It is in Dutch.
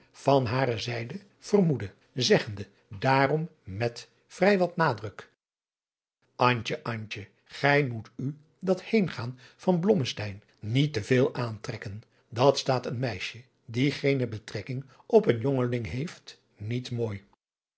van hare zijde vermoedde zeggende daarom met vrij wat nadruk antje antje gij moet u dat heengaan van blommesteyn niet te veel aantrekken dat staat een meisje die geene betrekking op een jongeling heeft niet mooi